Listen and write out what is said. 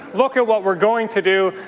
look at what we're going to do.